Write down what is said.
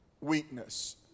weakness